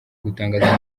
gutangaza